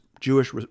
Jewish